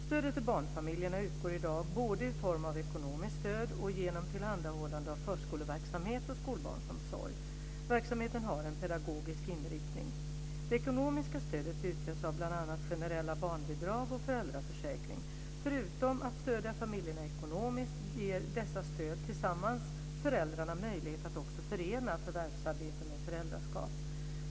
Stödet till barnfamiljerna utgår i dag både i form av ekonomiskt stöd och genom tillhandahållande av förskoleverksamhet och skolbarnsomsorg. Verksamheten har en pedagogisk inriktning. Det ekonomiska stödet utgörs av bl.a. generella barnbidrag och föräldraförsäkring. Förutom att stödja familjerna ekonomiskt ger dessa stöd tillsammans föräldrarna möjlighet att också förena förvärvsarbete med föräldraskap.